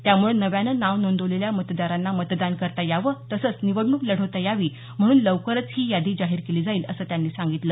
त्यामुळे नव्यानं नाव नोंदवलेल्या मतदरांना मतदान करता यावं तसंच निवडणूक लढवता यावी म्हणून लवकरच ही यादी जाहीर केली जाईल असं त्यांनी सांगितलं